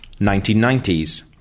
1990s